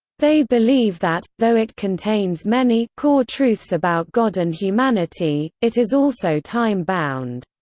they believe that, though it contains many core-truths about god and humanity, it is also time bound.